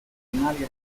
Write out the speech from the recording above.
originali